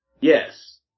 Yes